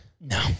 No